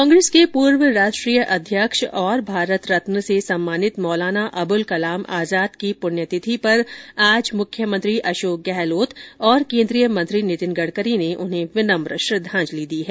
कांग्रेस के पूर्व राष्ट्रीय अध्यक्ष और भारत रत्न से सम्मानित मौलाना अबुल कलाम आजाद की पुण्यतिथि पर आज मुख्यमंत्री अशोक गहलोत और केन्द्रीय मंत्री नितिन गडकरी ने उन्हें विनम्र श्रद्धांजलि दी है